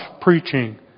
preaching